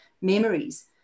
memories